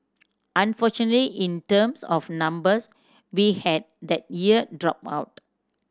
unfortunately in terms of numbers we had that year drop out